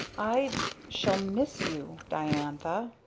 i shall miss you diantha!